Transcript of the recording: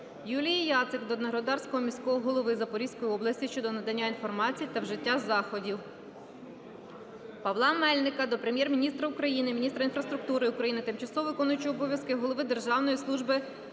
Юлії Яцик до Енергодарського міського голови Запорізької області щодо надання інформації та вжиття заходів. Павла Мельника до Прем'єр-міністра України, міністра інфраструктури України, тимчасово виконуючого обов'язки голови Державної служби